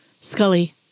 Scully